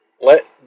Let